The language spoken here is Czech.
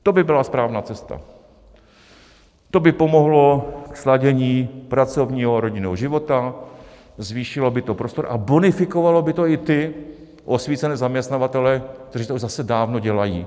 To by byla správná cesta, to by pomohlo sladění pracovního a rodinného života, zvýšilo by to prostor a bonifikovalo by to i ty osvícené zaměstnavatele, kteří to zase dávno dělají.